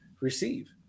receive